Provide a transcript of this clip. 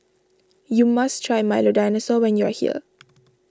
you must try Milo Dinosaur when you are here